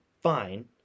fine